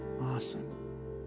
Awesome